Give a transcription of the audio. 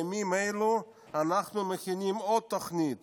בימים אלה אנחנו מכינים עוד תוכנית